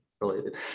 related